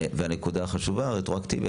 והנקודה החשובה, רטרואקטיבי.